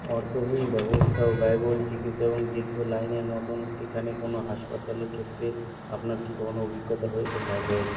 অর্থহীন ব্যবস্থা ও ব্যয়বহুল চিকিৎসা এবং দীর্ঘ লাইনের মতন এখানে কোনও হাসপাতালের ক্ষেত্রে আপনার কি কখনও অভিজ্ঞতা হয়েছে হ্যাঁ হয়েছে